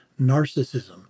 narcissism